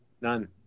None